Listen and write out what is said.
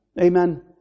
Amen